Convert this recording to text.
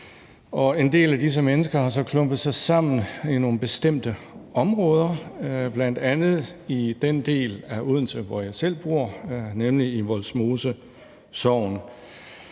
en del af disse mennesker har så klumpet sig sammen i nogle bestemte områder, bl.a. i den del af Odense, hvor jeg selv bor, nemlig i Vollsmose Sogn.